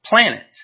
planet